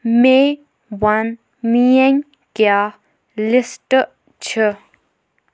مے وَن میٲنۍ کیٛاہ لِسٹہٕ چھِ